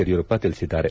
ಯಡಿಯೂರಪ್ಪ ತಿಳಿಸಿದ್ದಾರೆ